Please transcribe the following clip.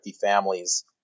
families